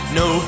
no